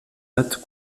notes